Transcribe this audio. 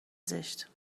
زشت